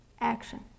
action